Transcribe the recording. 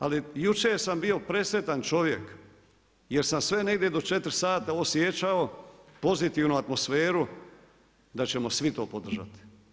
Ali jučer sam bio presretan čovjek jer sam sve negdje do 16h osjećao pozitivnu atmosferu da ćemo svi to podržati.